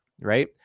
right